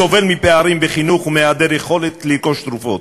סובל מפערים בחינוך ומהיעדר יכולת לרכוש תרופות.